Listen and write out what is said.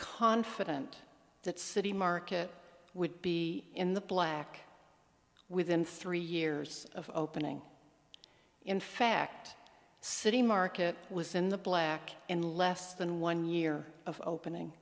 confident that citi market would be in the black within three years of opening in fact city market was in the black in less than one year of opening